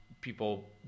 people